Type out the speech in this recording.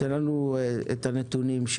תציג לנו את הנתונים,